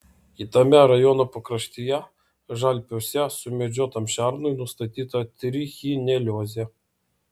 kitame rajono pakraštyje žalpiuose sumedžiotam šernui nustatyta trichineliozė